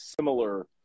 similar